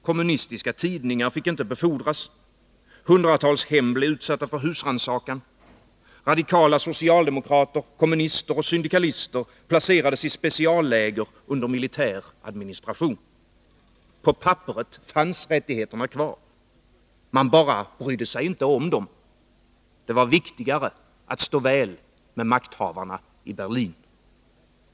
Kommunistiska tidningar fick inte befordras, hundratals hem blev utsatta för husrannsakan, radikala socialdemokrater, kommunister och syndikalister placerades i specialläger under militär administration. På papperet fanns rättigheterna kvar. Man bara inte brydde sig om dem. Det var viktigare att stå väl med makthavarna i Berlin.